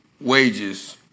wages